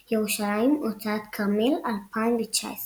שורץ/ ירושלים הוצאת כרמל, 2019